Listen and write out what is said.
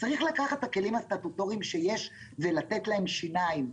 צריך לקחת את הכלים הסטטוטוריים שיש ולתת להם שיניים,